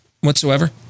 whatsoever